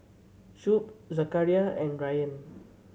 Shuib Zakaria and Ryan